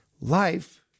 Life